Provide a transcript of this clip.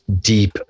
deep